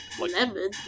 Lemon